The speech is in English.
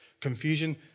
confusion